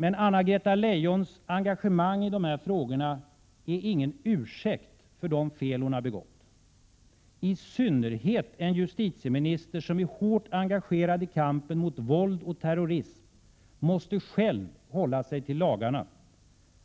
Men Anna-Greta Leijons engagemang i de här frågorna är ingen ursäkt för de fel hon har begått. I synnerhet en justitieminister som är hårt engagerad i kampen mot våld och terrorism måste själv hålla sig till lagarna.